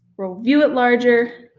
we'll view it larger,